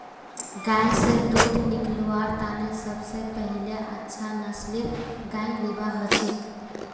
गाय स दूध निकलव्वार तने सब स पहिले अच्छा नस्लेर गाय लिबा हछेक